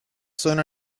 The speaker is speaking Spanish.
son